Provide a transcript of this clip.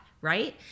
right